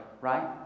Right